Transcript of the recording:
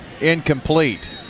incomplete